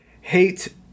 hate